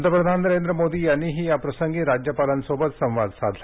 पंतप्रधान नरेंद्र मोदी यांनीही याप्रसंगी राज्यपालांसोबत संवाद साधला